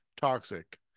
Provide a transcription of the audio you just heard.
toxic